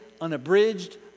unabridged